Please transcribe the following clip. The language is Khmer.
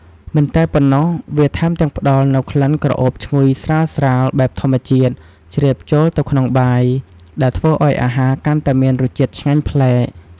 មិនតែប៉ុណ្ណោះ វាថែមទាំងផ្តល់នូវ ក្លិនក្រអូបឈ្ងុយស្រាលៗបែបធម្មជាតិ ជ្រាបចូលទៅក្នុងបាយ ដែលធ្វើឱ្យអាហារកាន់តែមានរសជាតិឆ្ងាញ់ប្លែក។